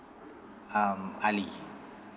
um ali